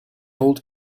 old